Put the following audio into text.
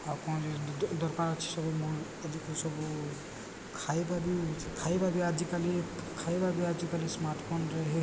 ଆଉ କ'ଣ ଦରକାର ଅଛି ସବୁ ମନ ଆଜି ସବୁ ଖାଇବା ବି ଖାଇବା ବି ଆଜିକାଲି ଖାଇବା ବି ଆଜିକାଲି ସ୍ମାର୍ଟ ଫୋନରେ